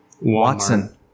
Watson